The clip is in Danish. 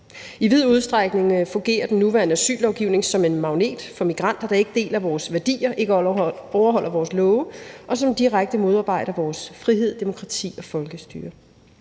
I vid udstrækning fungerer den nuværende asyllovgivning som en magnet for migranter, der ikke deler vores værdier, ikke overholder vores love og direkte modarbejder vores frihed, demokrati og folkestyre.